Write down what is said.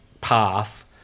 path